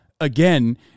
again